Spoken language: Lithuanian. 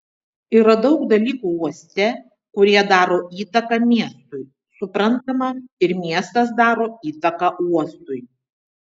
yra daug dalykų uoste kurie daro įtaką miestui suprantama ir miestas daro įtaką uostui